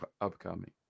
upcoming